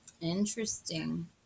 Interesting